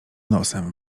nosem